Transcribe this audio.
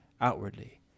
outwardly